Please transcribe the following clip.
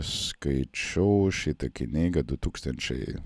skaičiau šitą knygą du tūkstančiai